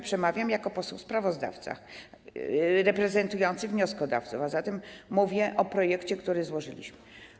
Przemawiam jako poseł sprawozdawca reprezentujący wnioskodawców, a zatem mówię o projekcie, który złożyliśmy.